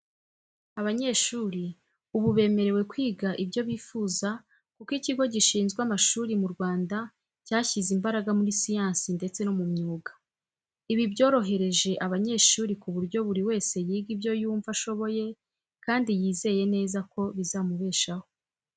Abanyeshuri ubu bemerewe kwiga ibyo bifuza kuko ikigo gishinzwe amashuri mu Rwanda cyashyize imbaraga muri siyansi ndetse no mu myuga. Ibi byorohereje abanyeshuri ku buryo buri wese yiga ibyo yumva ashoboye kandi yizeye neza ko bizamubeshaho.